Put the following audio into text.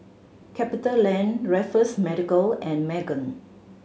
CapitaLand Raffles Medical and Megan